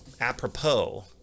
apropos